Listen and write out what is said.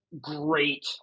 great